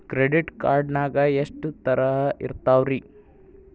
Credit card ನಾಗ ಎಷ್ಟು ತರಹ ಇರ್ತಾವ್ರಿ?